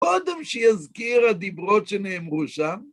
קודם שיזכיר הדיברות שנאמרו שם.